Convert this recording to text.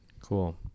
Cool